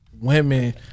women